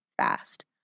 fast